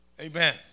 Amen